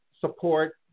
support